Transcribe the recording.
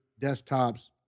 desktops